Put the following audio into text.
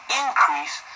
increase